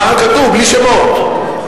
ככה כתוב, בלי שמות.